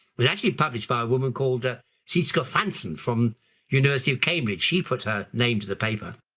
but actually published by a woman called ah sietske fransen from university of cambridge. she put her name to the paper.